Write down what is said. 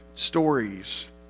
stories